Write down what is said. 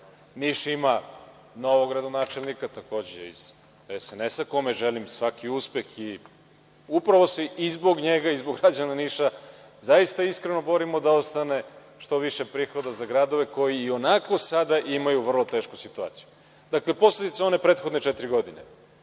Niš ima novog gradonačelnika, takođe iz SNS-a kome želim svaki uspeh i upravo se i zbog njega i zbog građana Niša zaista iskreno borimo da ostane što više prihoda za gradove koji i onako sada imaju vrlo tešku situaciju. Dakle, posledica onih prethodnih četiri godine